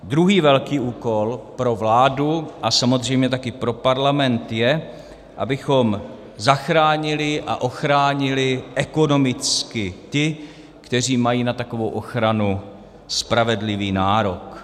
Druhý velký úkol pro vládu a samozřejmě taky pro Parlament je, abychom zachránili a ochránili ekonomicky ty, kteří mají na takovou ochranu spravedlivý nárok.